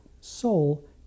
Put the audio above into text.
soul